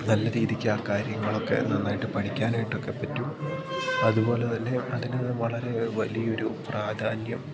നല്ല രീതിക്ക് ആ കാര്യങ്ങളൊക്കെ നന്നായിട്ട് പഠിക്കാനായിട്ടൊക്കെ പറ്റും അതുപോലെ തന്നെ അതിന് വളരെ വലിയ ഒരു പ്രാധാന്യം